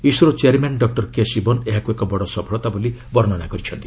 ISRO chairman doctor K Sivan ଏହାକୁ ଏକ ବଡ଼ ସଫଳତା ବୋଲି ବର୍ଣ୍ଣନା କରିଛନ୍ତି